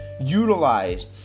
utilize